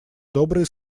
добрые